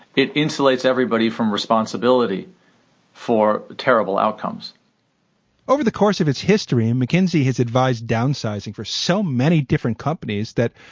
it insulates everybody from responsibility for terrible outcomes over the course of its history and mckinsey has advised downsizing for so many different companies that,